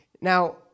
Now